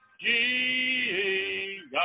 Jesus